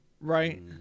Right